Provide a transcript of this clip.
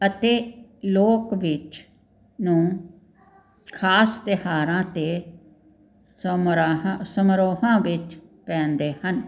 ਅਤੇ ਲੋਕ ਵਿੱਚ ਨੂੰ ਖਾਸ ਤਿਉਹਾਰਾਂ 'ਤੇ ਸਮਰਾ ਸਮਾਰੋਹਾਂ ਵਿੱਚ ਪਹਿਨਦੇ ਹਨ